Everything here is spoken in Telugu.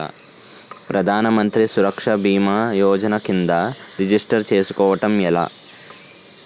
ప్రధాన మంత్రి సురక్ష భీమా యోజన కిందా రిజిస్టర్ చేసుకోవటం ఎలా?